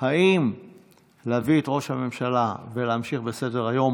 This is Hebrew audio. אם להביא את ראש הממשלה ולהמשיך בסדר-היום